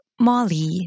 Molly